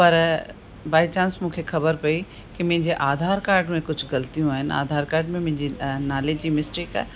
पर by chance मूंखे ख़बरु पई की मुंहिंजे आधार कार्ड में कुझु ग़ल्तियूं आहिनि आधार कार्ड में मुंहिंजी नाले जी मिस्टेक आहे